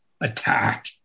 attack